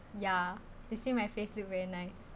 ya they say my face look very nice